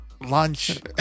lunch